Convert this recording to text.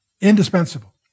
indispensable